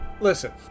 Listen